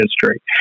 history